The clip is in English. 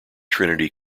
trinity